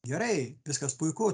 gerai viskas puiku